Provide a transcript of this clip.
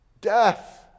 Death